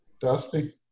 dusty